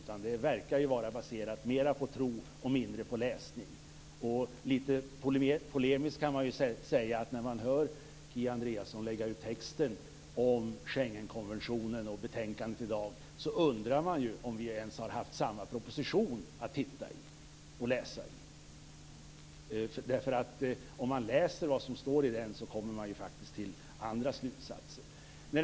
Det hela verkar vara baserat mer på tro och mindre på läsning. Litet polemiskt kan man säga att när man hör Kia Andreasson lägga ut texten om Schengenkonventionen och betänkandet i dag undrar man om vi ens har haft samma proposition att titta och läsa i. Om man läser vad som står i den kommer man nämligen till andra slutsatser.